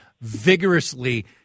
vigorously